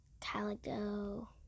Calico